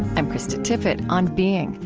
i'm krista tippett, on being.